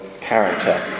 character